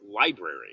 library